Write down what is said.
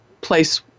place